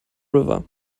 river